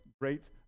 great